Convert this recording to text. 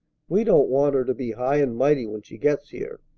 we don't want her to be high and mighty when she gets here.